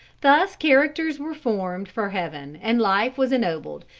thus characters were formed for heaven, and life was ennobled,